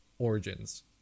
origins